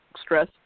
stress